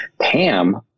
Pam